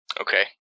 Okay